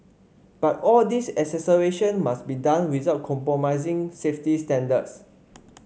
but all this acceleration must be done without compromising safety standards